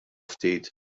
ftit